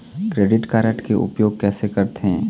Credit card के उपयोग कैसे करथे?